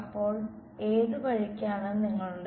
അപ്പോൾ ഏതു വഴിക്കാണ് നിങ്ങളുടെ